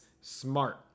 Smart